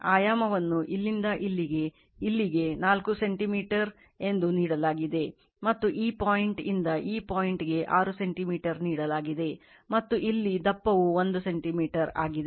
ಆಯಾಮವನ್ನು ಇಲ್ಲಿಂದ ಇಲ್ಲಿಗೆ ಇಲ್ಲಿಗೆ 4 ಸೆಂಟಿಮೀಟರ್ ಎಂದು ನೀಡಲಾಗಿದೆ ಮತ್ತು ಈ ಪಾಯಿಂಟ್ ಇಂದ ಈ ಪಾಯಿಂಟ್ ಗೆ 6 ಸೆಂಟಿಮೀಟರ್ ನೀಡಲಾಗಿದೆ ಮತ್ತು ಇಲ್ಲಿ ದಪ್ಪವು 1 ಸೆಂಟಿಮೀಟರ್ ಆಗಿದೆ